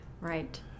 Right